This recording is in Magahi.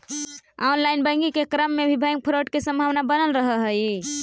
ऑनलाइन बैंकिंग के क्रम में भी बैंक फ्रॉड के संभावना बनल रहऽ हइ